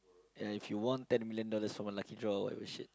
ya if you won ten million dollars from a lucky draw whatever shit